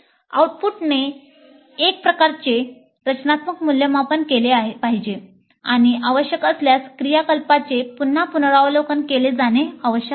आउटपुटने एक प्रकारचे रचनात्मक मूल्यमापन केले पाहिजे आणि आवश्यक असल्यास क्रियाकलापांचे पुन्हा पुनरावलोकन केले जाणे आवश्यक आहे